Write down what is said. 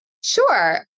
Sure